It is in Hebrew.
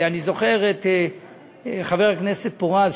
אני זוכר את חבר הכנסת פורז,